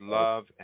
love